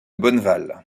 bonneval